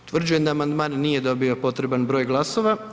Utvrđujem da amandman nije dobio potreban broj glasova.